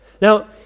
Now